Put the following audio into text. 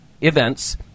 events